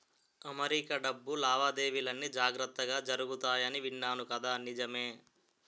America డబ్బు లావాదేవీలన్నీ జాగ్రత్తగా జరుగుతాయని విన్నాను కదా నిజమే